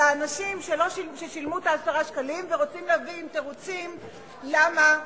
האנשים ששילמו את 10 השקלים ורוצים להביא תירוצים למה,